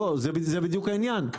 זה בדיוק העניין.